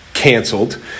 canceled